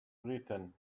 written